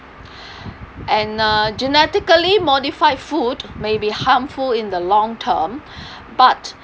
and uh genetically modified food may be harmful in the long term but